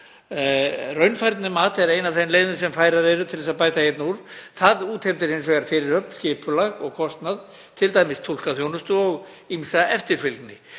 Raunfærnimatið er ein af þeim leiðum sem færar eru til að bæta þar úr. Það útheimtir hins vegar fyrirhöfn, skipulag og kostnað, t.d. túlkaþjónustu og ýmsa eftirfylgni.